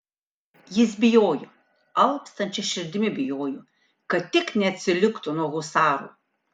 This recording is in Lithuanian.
jis bijojo alpstančia širdimi bijojo kad tik neatsiliktų nuo husarų